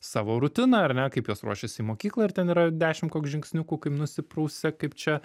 savo rutiną ar ne kaip jos ruošiasi į mokyklą ir ten yra dešim koks žingsniukų kaip nusiprausia kaip čia